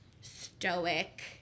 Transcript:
stoic